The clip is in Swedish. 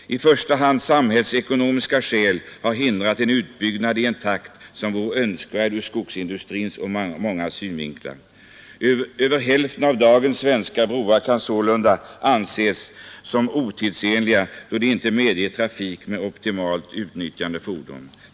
I första hand samhällsekonomiska skäl har hindrat en utbyggnad i en takt som vore önskvärd ur skogsindustrins och många andras synvinkel. Över hälften av dagens svenska broar kan sålunda anses som otidsenliga då de inte medger trafik med optimalt utnyttjade fordon.